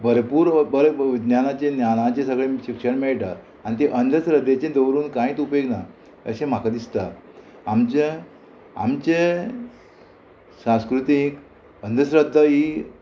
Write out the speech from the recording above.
भरपूर विज्ञानाचे ज्ञानाचे सगळे शिक्षण मेळटा आनी ती अंधश्रद्धेचे दवरून कांयच उपेग ना अशें म्हाका दिसता आमचे आमचे सांस्कृतीक अंधश्रद्धा ही